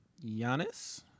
Giannis